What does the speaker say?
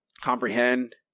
comprehend